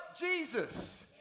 Jesus